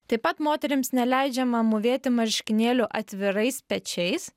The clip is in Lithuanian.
taip pat moterims neleidžiama mūvėti marškinėlių atvirais pečiais